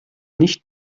nicht